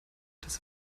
das